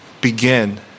begin